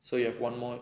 so you have one more